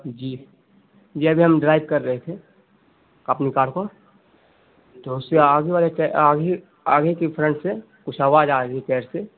جی جی ابھی ہم ڈرائیو کر رہے تھے اپنی کار پر تو اس میں آگے والے آگے کی فرنٹ سے کچھ آواز آ رہی ٹیر سے